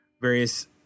various